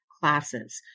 classes